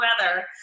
weather